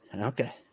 Okay